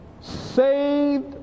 saved